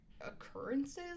occurrences